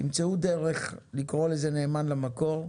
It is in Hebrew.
תמצאו דרך לקרוא לזה נאמן למקור,